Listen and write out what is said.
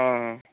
ହଉ ହଉ